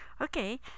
okay